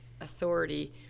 authority